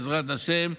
בעזרת השם,